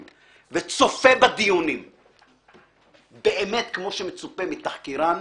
וצופה בדיונים כמו שמצופה מתחקירן,